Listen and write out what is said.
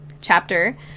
chapter